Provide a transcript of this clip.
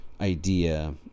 idea